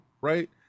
right